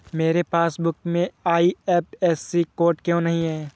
मेरे पासबुक में IFSC code क्यो नहीं है?